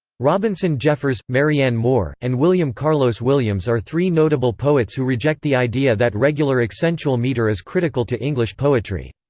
robinson jeffers, marianne moore, and william carlos williams are three notable poets who reject the idea that regular accentual meter is critical to english poetry.